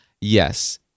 Yes